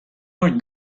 are